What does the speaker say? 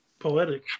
Poetic